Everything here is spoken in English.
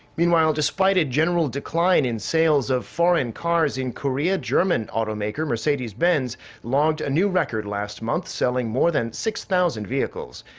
i mean despite a general decline in sales of foreign cars in korea, german automaker mercedes-benz logged a new record last month, selling more than six thousand vehicles.